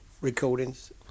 recordings